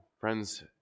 friends